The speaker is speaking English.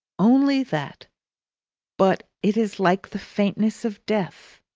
only that but it is like the faintness of death.